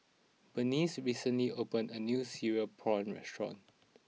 Berneice recently opened a new cereal prawns restaurant